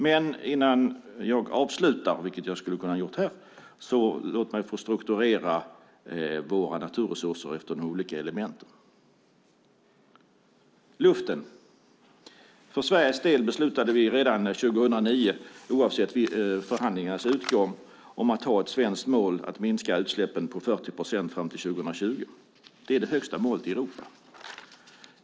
Men innan jag avslutar mitt anförande, vilket jag skulle ha kunnat göra här, ska jag strukturera våra naturresurser efter de olika elementen. När det gäller luften beslutade vi för Sveriges del redan 2009 att oavsett förhandlingarnas utgång ha ett svenskt mål att minska utsläppen med 40 procent fram till 2020. Det är det högsta målet i Europa.